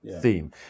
Theme